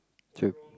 true